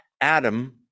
Adam